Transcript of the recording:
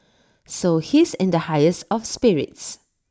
so he's in the highest of spirits